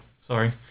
sorry